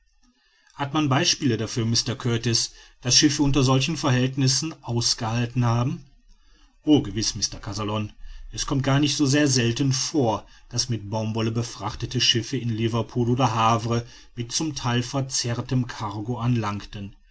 hat man beispiele dafür mr kurtis daß schiffe unter solchen verhältnissen ausgehalten haben o gewiß mr kazallon es kommt gar nicht so sehr selten vor daß mit baumwolle befrachtete schiffe in liverpool oder havre mit zum theil verzehrtem cargo anlangten